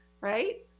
right